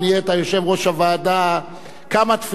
כמה תפילות שישמור על יתומים,